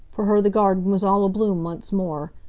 for her the garden was all abloom once more.